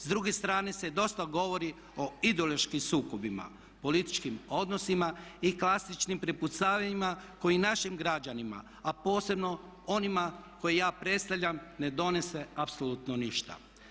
S druge strane se dosta govorio o ideološkim sukobima, političkim odnosima i klasičnim prepucavanjima koji našim građanima a posebno onima koje ja predstavljam ne donose apsolutno ništa.